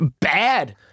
bad